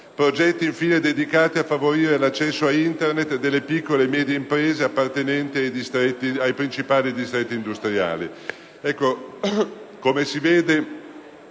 progetti, infine, dedicati a favorire l'accesso a Internet delle piccole e medie imprese appartenenti ai principali distretti industriali.